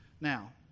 Now